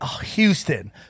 Houston